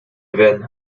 event